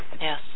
Yes